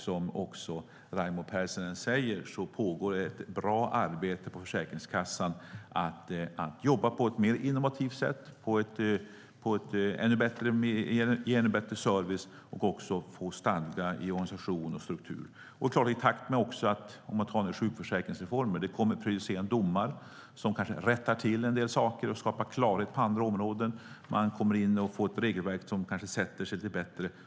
Som Raimo Pärssinen säger pågår ett bra arbete på Försäkringskassan med att jobba på ett mer innovativt sätt, att ge ännu bättre service och också få stadga i organisation och struktur. När det gäller sjukförsäkringsreformen kommer det prejudicerande domar som kanske rättar till en del saker och skapar klarhet på andra områden. Man får kanske ett regelverk som sätter sig lite bättre.